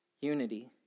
Unity